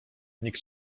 nikt